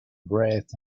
breath